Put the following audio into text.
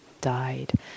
died